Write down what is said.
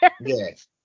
Yes